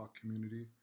community